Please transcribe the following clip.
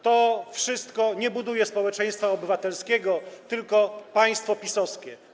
To wszystko nie buduje społeczeństwa obywatelskiego, tylko państwo PiS-owskie.